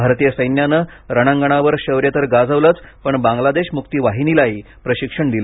भारतीय सैन्यानं रणांगणावर शौर्य तर गाजवलंच पण बांगलादेश मुक्ती वाहिनीला प्रशिक्षणही दिलं